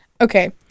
Okay